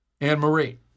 Anne-Marie